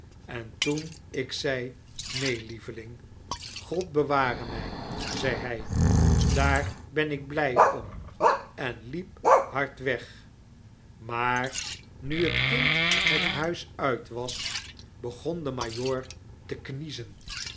en toen ik zei neen reveling god beware mij zei hij w daar ben ik blij om en liep hard weg maar nu het kind het huis uit was begon de majoor te kniezen